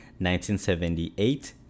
1978